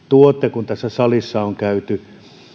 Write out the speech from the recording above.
kun tässä salissa on käyty